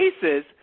cases